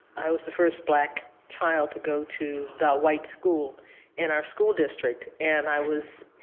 i was the first black child to go to the white school in our school district. and i was